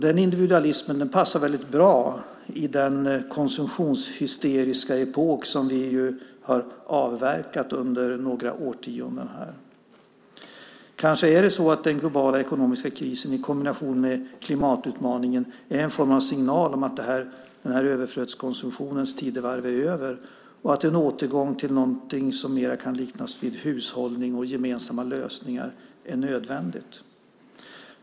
Den individualismen passar väldigt bra i den konsumtionshysteriska epok som vi har avverkat under några årtionden. Kanske är det så att den globala ekonomiska krisen i kombination med klimatutmaningen är en form av signal om att den här överflödskonsumtionens tidevarv är över och att en återgång till någonting som mer kan liknas vid hushållning och gemensamma lösningar är nödvändigt.